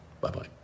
Bye-bye